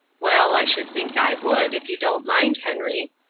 well, i should think i would, if you don't mind, henry!